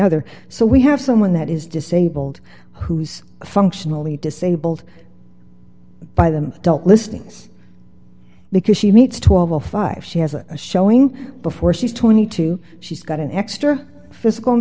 other so we have someone that is disabled who's functionally disabled by them dealt listenings because she meets twelve o five she has a showing before she's twenty two she's got an extra physical